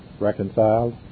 reconciled